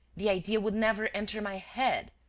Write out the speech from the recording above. the idea would never enter my head!